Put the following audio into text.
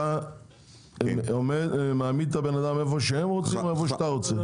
אתה מעמיד את הבן אדם איפה שהם רוצים או איפה שאתה רוצה?